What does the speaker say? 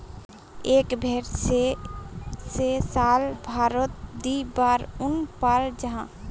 एक भेर से साल भारोत दी बार उन पाल जाहा